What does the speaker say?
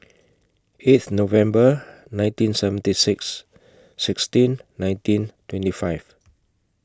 eighth November nineteen seventy six sixteen nineteen twenty five